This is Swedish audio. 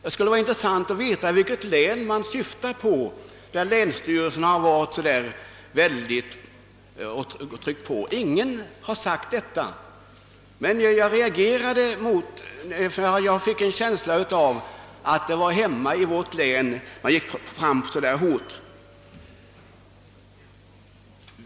Det vore intressant att veta vilket län man syftar på. Ingen har sagt detta, men jag fick en känsla av att det var hemma i vårt län man gick så hårt fram.